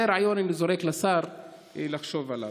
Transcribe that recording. זה רעיון שאני זורק לשר לחשוב עליו.